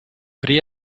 при